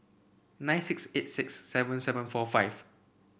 nine six eight six seven seven four five